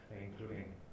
including